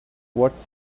watched